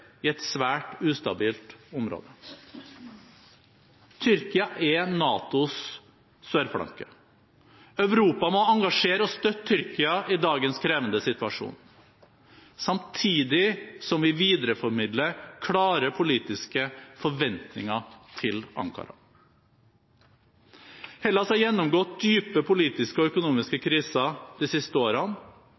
i et svært ustabilt område. Tyrkia er NATOs sørflanke. Europa må engasjere og støtte Tyrkia i dagens krevende situasjon samtidig som vi videreformidler klare politiske forventninger til Ankara. Hellas har gjennomgått dype politiske og økonomiske kriser de siste årene,